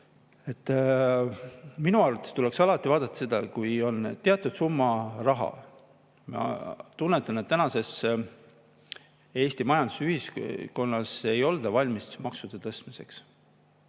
Minu arvates tuleks alati vaadata seda, et kui on teatud summa raha – ma tunnetan, et tänases Eesti majandusühiskonnas ei olda valmis maksude tõstmiseks